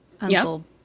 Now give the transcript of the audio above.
Uncle